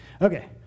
Okay